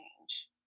change